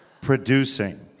Producing